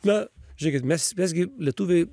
na žiūrėkit mes mes gi lietuviai